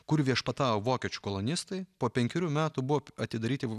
kur viešpatavo vokiečių kolonistai po penkerių metų buvo atidaryti